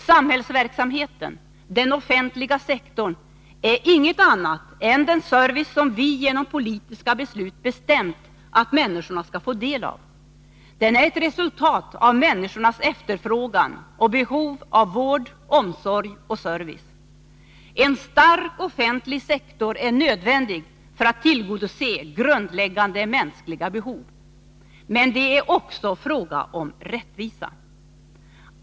Samhällsverksamheten — den offentliga sektorn — är inget annat än den service som vi genom politiska beslut bestämt att människorna skall få del av. Den är ett resultat av människornas efterfrågan och behov av vård, omsorg och service. En stark offentlig sektor är nödvändig för att tillgodose grundläggande mänskliga behov. Men det är också en fråga om rättvisa.